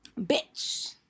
Bitch